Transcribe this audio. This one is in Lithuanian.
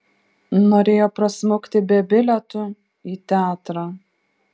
norėjo prasmukti be bilietų į teatrą